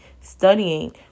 studying